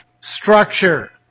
structure